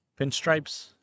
pinstripes